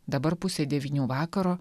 dabar pusė devynių vakaro